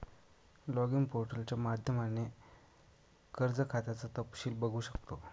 login पोर्टलच्या माध्यमाने कर्ज खात्याचं तपशील बघू शकतो